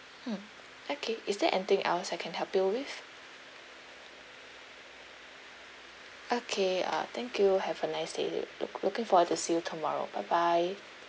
mm okay is there anything else I can help you with okay uh thank you have a nice day look looking forward to see you tomorrow bye bye